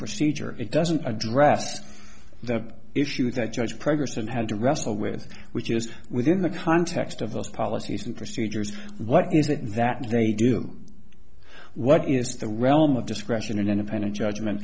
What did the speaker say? procedure it doesn't address the issue that judges progress and had to wrestle with which is within the context of those policies and procedures what is it that they do what is the realm of discretion an independent judgment